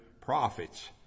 prophets